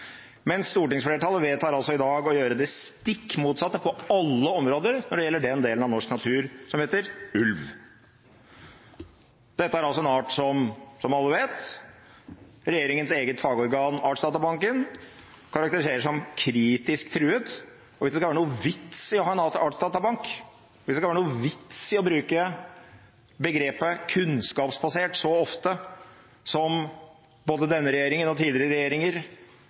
stortingsflertallet vedtar altså i dag å gjøre det stikk motsatte på alle områder når det gjelder den delen av norsk natur som heter ulv. Dette er en art som, som alle vet, regjeringens eget fagorgan, Artsdatabanken, karakteriserer som kritisk truet. Hvis det skal være noen vits i å ha en artsdatabank, hvis det skal være noen vits i å bruke begrepet «kunnskapsbasert» så ofte som både tidligere regjeringer og denne regjeringen